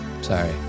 Sorry